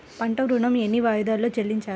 పంట ఋణం ఎన్ని వాయిదాలలో చెల్లించాలి?